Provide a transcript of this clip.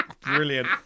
Brilliant